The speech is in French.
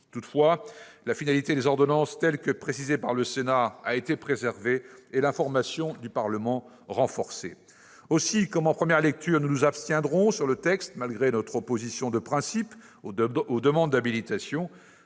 Toutefois, la finalité des ordonnances telle que précisée par le Sénat a été préservée, et l'information du Parlement a été renforcée. Aussi, comme en première lecture, nous nous abstiendrons sur ce texte, malgré notre opposition de principe aux demandes d'habilitation,